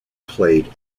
played